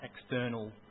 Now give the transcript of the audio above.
external